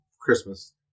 Christmas